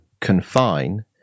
confine